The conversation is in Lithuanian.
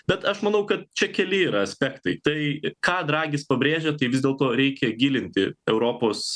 bet aš manau kad čia keli yra aspektai tai ką dragis pabrėžia tai vis dėlto reikia gilinti europos